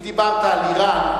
אם דיברת על אירן,